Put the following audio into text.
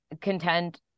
content